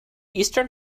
eastern